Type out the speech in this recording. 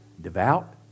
Devout